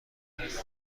هست